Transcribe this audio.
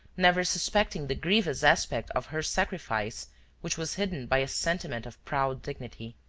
never suspecting the grievous aspect of her sacrifice which was hidden by a sentiment of proud dignity.